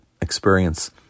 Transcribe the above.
experience